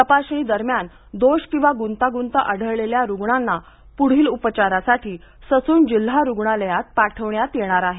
तपासणी दरम्यासन दोष किंवा गुंतागुंत आढळलेल्या रूग्णांना पुढील उपचारासाठी ससून जिल्हा रुग्णालयात पाठवण्यात येणार आहे